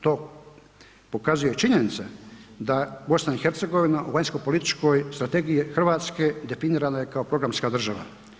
To pokazuje činjenica da BiH u vanjskopolitičkoj strategiji Hrvatske definirana je kao programska država.